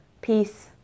peace